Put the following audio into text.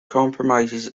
comprises